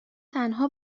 تنها